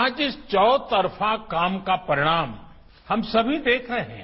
आज इस चौतरफा काम का परिणाम हम सभी देख रहे हैं